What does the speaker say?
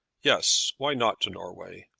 yes why not to norway?